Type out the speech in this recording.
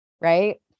Right